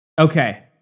Okay